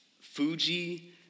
fuji